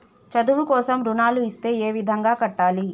చదువు కోసం రుణాలు ఇస్తే ఏ విధంగా కట్టాలి?